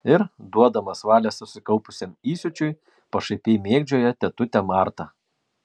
ir duodamas valią susikaupusiam įsiūčiui pašaipiai mėgdžioja tetutę martą